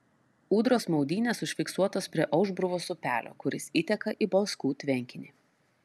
ūdros maudynės užfiksuotos prie aušbruvos upelio kuris įteka į balskų tvenkinį